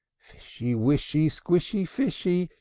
fishy, wishy, squishy, fishy,